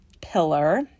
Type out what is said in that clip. pillar